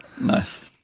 Nice